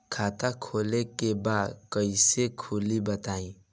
खाता खोले के बा कईसे खुली बताई?